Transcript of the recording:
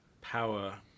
power